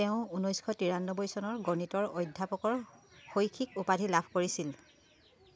তেওঁ ঊনৈশ তিৰানব্বৈ চনত গণিতৰ অধ্যাপকৰ শৈক্ষিক উপাধি লাভ কৰিছিল